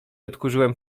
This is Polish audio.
odkurzyłem